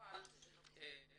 אבל זאת אינדיקציה למצוקה סביב זה.